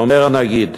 ואומר הנגיד,